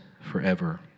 forever